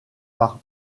par